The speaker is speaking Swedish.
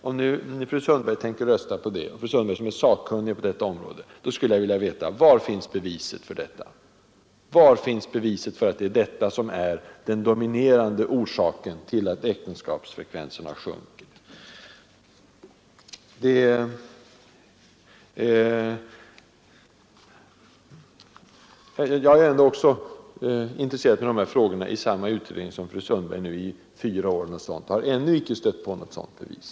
Om nu fru Sundberg, som är sakkunnig på området, tänker rösta för reservationen skulle jag vilja veta: Var finns beviset för att det är detta som är den dominerande orsaken till att äktenskapsfrekvensen har sjunkit? Jag har intresserat mig för de här frågorna i samma utredning som fru Sundberg under omkring fyra år, och jag har ännu inte stött på något sådant bevis.